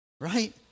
Right